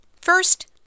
First